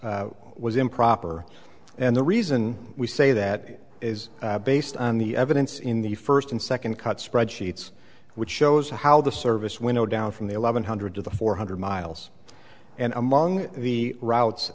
process was improper and the reason we say that is based on the evidence in the first and second cut spreadsheets which shows how the service winnow down from the eleven hundred to the four hundred miles and among the route